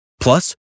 Plus